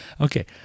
okay